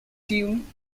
tune